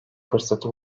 fırsatı